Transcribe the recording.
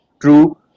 true